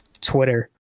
Twitter